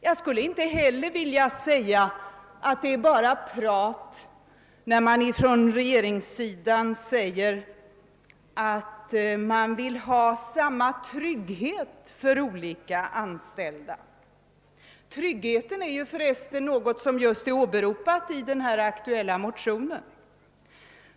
Jag skulle inte heller vilja säga att det bara är prat från regeringens sida när man talar om att man vill ha samma trygghet för olika anställda. Tryggheten är för resten något som åberopas i den aktuella motionen.